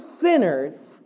sinners